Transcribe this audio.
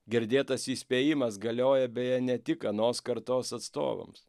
girdėtas įspėjimas galioja beje ne tik anos kartos atstovams